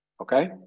Okay